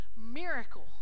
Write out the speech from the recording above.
miracle